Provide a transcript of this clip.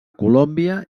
colòmbia